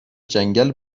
جنگل